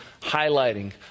highlighting